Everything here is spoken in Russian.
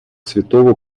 святого